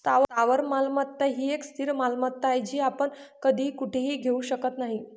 स्थावर मालमत्ता ही एक स्थिर मालमत्ता आहे, जी आपण कधीही कुठेही घेऊ शकत नाही